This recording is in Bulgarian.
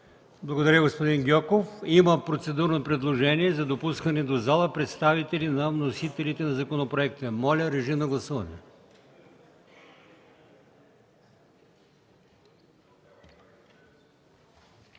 Благодаря, господин Гьоков. Има процедурно предложение за допускане в пленарната зала на представители на вносителите на законопроекта. Моля, режим на гласуване.